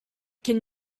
can